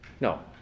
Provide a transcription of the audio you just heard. No